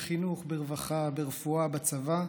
בחינוך, ברווחה, ברפואה, בצבא.